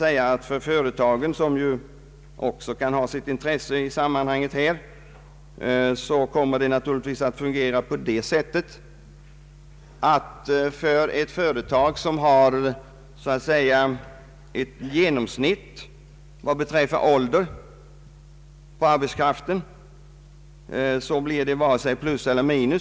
Även för företagen — det kan ha sitt intresse att också ta med dem i bilden — kommer motionens förslag inte att medföra någon förändring, för så vitt de anställda representerar ett åldersgenomsnitt av arbetsmarknaden.